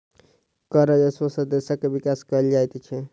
कर राजस्व सॅ देशक विकास कयल जाइत छै